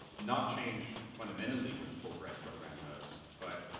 not change fundamentally what the fulbright program does, but,